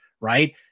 right